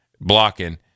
blocking